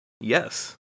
yes